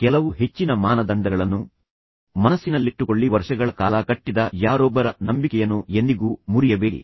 ಕೆಲವು ಹೆಚ್ಚಿನ ಮಾನದಂಡಗಳನ್ನು ಮನಸ್ಸಿನಲ್ಲಿಟ್ಟುಕೊಳ್ಳಿ ವರ್ಷಗಳ ಕಾಲ ಕಟ್ಟಿದ ಯಾರೊಬ್ಬರ ನಂಬಿಕೆಯನ್ನು ಎಂದಿಗೂ ಮುರಿಯಬೇಡಿ